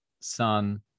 Sun